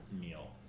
meal